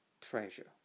treasure